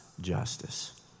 justice